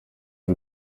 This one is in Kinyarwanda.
y’u